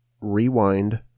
Rewind